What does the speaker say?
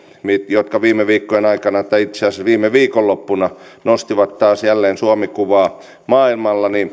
jotka viime viikkojen aikana tai itse asiassa viikonloppuna nostivat taas jälleen suomi kuvaa maailmalla